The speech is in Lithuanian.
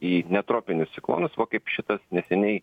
į ne tropinius ciklonus va kaip šitas neseniai